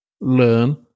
learn